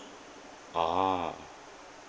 oh